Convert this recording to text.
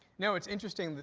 no, it's interesting.